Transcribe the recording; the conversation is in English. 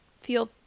feel